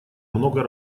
много